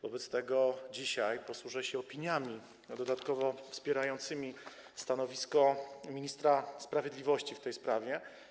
Wobec tego dzisiaj posłużę się opiniami dodatkowo wspierającymi stanowisko ministra sprawiedliwości w tej sprawie.